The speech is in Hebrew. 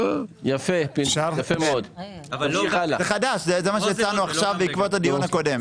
זה חדש, זה מה שהצענו עכשיו בעקבות הדיון הקודם.